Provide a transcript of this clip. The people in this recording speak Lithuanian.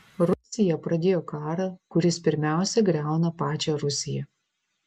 rusija pradėjo karą kuris pirmiausia griauna pačią rusiją